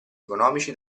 economici